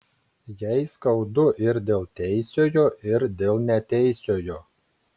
jai skaudu ir dėl teisiojo ir dėl neteisiojo